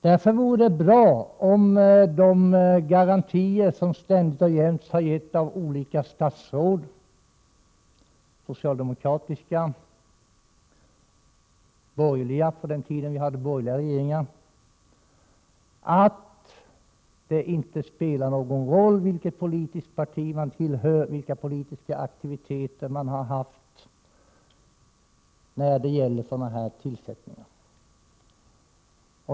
Det vore bra om de garantier som ständigt har getts av olika statsråd — socialdemokratiska, och borgerliga på den tid vi hade borgerliga regeringar — om att det inte spelar någon roll vilket politiskt parti man tillhör, vilka politiska aktiviteter man har haft tidigare, verkligen skulle gälla i fråga om sådana här tillsättningar.